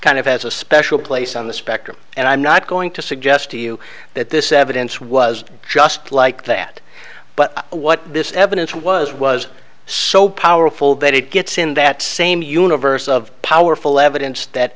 kind of has a special place on the spectrum and i'm not going to suggest to you that this evidence was just like that but what this evidence was was so powerful that it gets in that same universe of powerful evidence that